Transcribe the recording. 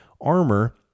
armor